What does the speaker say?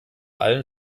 allen